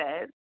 says